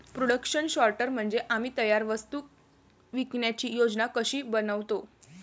production sorter म्हणजे आम्ही तयार वस्तू विकण्याची योजना कशी बनवतो